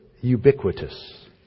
ubiquitous